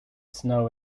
snow